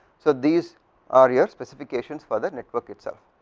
so these are a specification for the network itself.